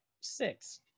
six